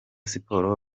sports